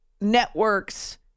Networks